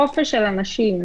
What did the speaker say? חופש של אנשים